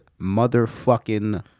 motherfucking